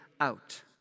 out